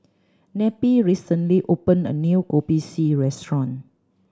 Neppie recently opened a new Kopi C restaurant